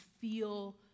feel